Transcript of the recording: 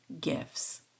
gifts